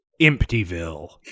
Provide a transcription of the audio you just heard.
Emptyville